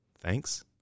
Thanks